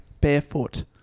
barefoot